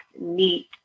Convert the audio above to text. neat